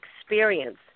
experience